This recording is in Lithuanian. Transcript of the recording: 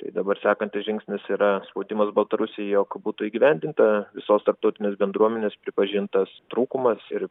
tai dabar sekantis žingsnis yra spaudimas baltarusijai jog būtų įgyvendinta visos tarptautinės bendruomenės pripažintas trūkumas ir